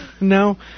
No